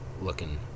looking